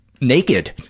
naked